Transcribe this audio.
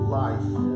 life